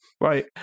Right